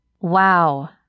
Wow